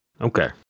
Okay